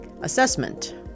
Assessment